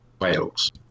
Wales